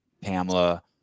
Pamela